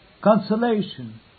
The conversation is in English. consolation